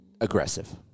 aggressive